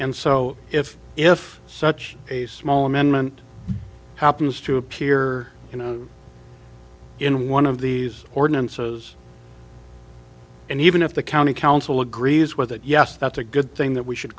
and so if if such a small amendment happens to appear in one of these ordinances and even if the county council agrees with it yes that's a good thing that we should